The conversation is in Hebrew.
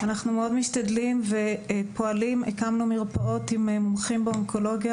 אנחנו פועלים במרפאות השונות עם מומחים באונקולוגיה,